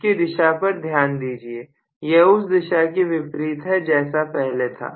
इसकी दिशा पर ध्यान दीजिए यह उस दिशा के विपरीत है जैसा पहले था